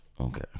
okay